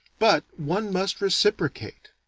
but one must reciprocate.